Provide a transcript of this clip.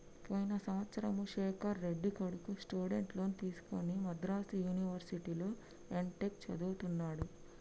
పోయిన సంవత్సరము శేఖర్ రెడ్డి కొడుకు స్టూడెంట్ లోన్ తీసుకుని మద్రాసు యూనివర్సిటీలో ఎంటెక్ చదువుతున్నడు